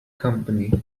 company